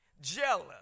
jealous